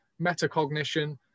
metacognition